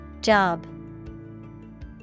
Job